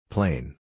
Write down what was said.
Plain